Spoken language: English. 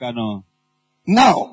Now